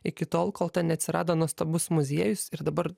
iki tol kol ten neatsirado nuostabus muziejus ir dabar